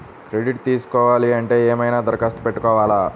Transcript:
Credit తీసుకోవాలి అంటే ఏమైనా దరఖాస్తు పెట్టుకోవాలా?